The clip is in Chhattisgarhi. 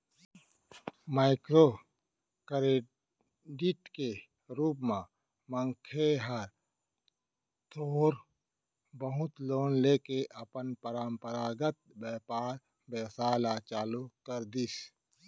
माइक्रो करेडिट के रुप म मनखे ह थोर बहुत लोन लेके अपन पंरपरागत बेपार बेवसाय ल चालू कर दिस